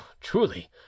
Truly